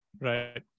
Right